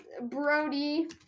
Brody